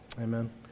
Amen